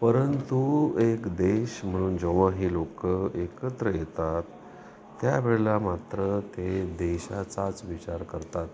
परंतु एक देश म्हणून जेव्हा ही लोकं एकत्र येतात त्यावेळेला मात्र ते देशाचाच विचार करतात